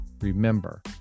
Remember